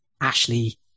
Ashley